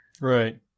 Right